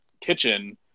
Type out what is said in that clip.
kitchen